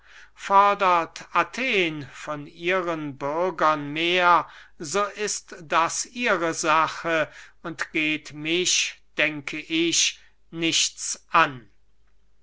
fordert athen von ihren bürgern mehr so ist das ihre sache und geht mich denke ich nichts an